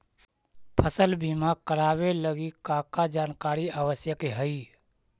फसल बीमा करावे लगी का का जानकारी आवश्यक हइ?